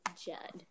Judd